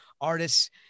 artists